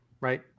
right